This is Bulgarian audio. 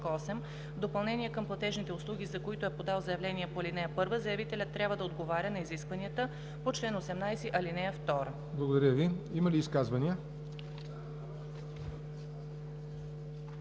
допълнение към платежните услуги, за които е подал заявление по ал. 1, заявителят трябва да отговаря на изискванията по чл. 18, ал. 2.“ ПРЕДСЕДАТЕЛ ЯВОР НОТЕВ: Благодаря Ви. Има ли изказвания?